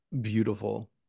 beautiful